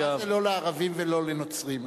מה זה "לא לערבים ולא לנוצרים"?